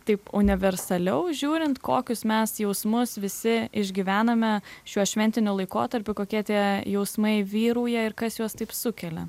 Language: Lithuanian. taip universaliau žiūrint kokius mes jausmus visi išgyvename šiuo šventiniu laikotarpiu kokie tie jausmai vyrauja ir kas juos taip sukelia